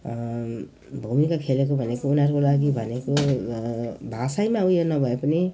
भूमिका खेलेको भनेको उनीहरूको लागि भनेको भाषामै उयो नभए पनि